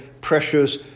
pressures